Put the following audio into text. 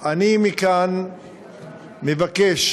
אני מכאן מבקש,